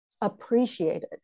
appreciated